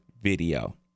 video